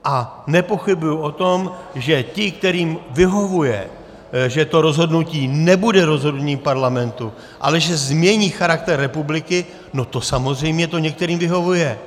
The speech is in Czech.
A nepochybuji o tom, že ti, kterým vyhovuje, že to rozhodnutí nebude rozhodnutí Parlamentu, ale že změní charakter republiky, no to samozřejmě některým vyhovuje.